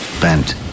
Bent